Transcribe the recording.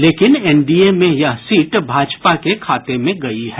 लेकिन एनडीए में यह सीट भाजपा के खाते में गयी है